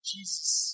Jesus